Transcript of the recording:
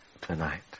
tonight